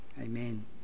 Amen